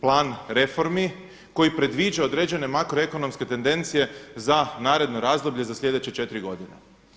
plan reformi koji predviđa određene makroekonomske tendencije za naredno razdoblje za sljedeće četiri godine.